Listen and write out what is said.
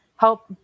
Help